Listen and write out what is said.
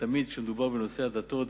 כתמיד כשמדובר בנושא הדתות,